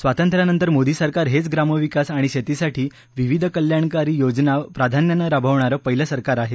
स्वातंत्र्यानंतर मोदी सरकार हेच ग्रामविकास आणि शेतीसाठी विविध कल्याणकारी योजना प्राधान्यानं राबवणारं पहिलं सरकार आहे